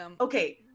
okay